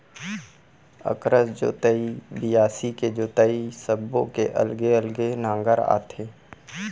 अकरस जोतई, बियासी के जोतई सब्बो के अलगे अलगे नांगर आथे